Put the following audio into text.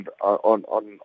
on